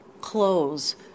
clothes